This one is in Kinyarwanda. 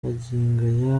magingo